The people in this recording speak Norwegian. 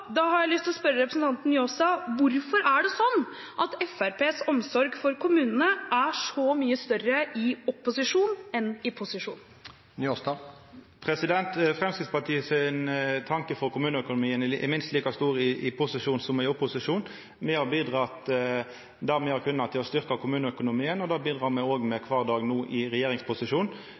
Da har jeg lyst til å spørre representanten Njåstad: Hvorfor er det sånn at Fremskrittspartiets omsorg for kommunene er så mye større i opposisjon enn i posisjon? Framstegspartiets tanke for kommuneøkonomien er minst like stor i posisjon som i opposisjon. Me har bidrege der me har kunna til å styrkja kommuneøkonomien, og det bidreg me òg med kvar dag no når me er i regjeringsposisjon.